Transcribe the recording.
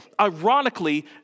ironically